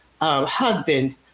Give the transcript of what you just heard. husband